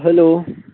hello